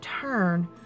turn